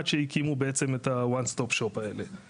עד שהקימו בעצם את ה-"one stop shop" האלה.